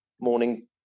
morning